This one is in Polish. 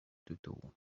tytułu